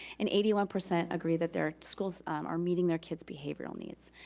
and eighty one percent agree that their school are meeting their kids' behavioral needs.